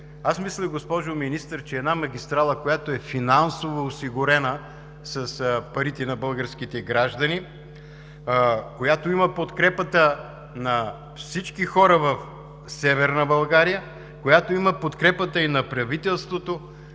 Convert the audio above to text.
Аз мисля, госпожо Министър, че една магистрала, която е финансово осигурена с парите на българските граждани, има подкрепата на всички хора в Северна България, има подкрепата и на правителството,